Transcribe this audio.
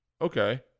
okay